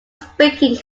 speaking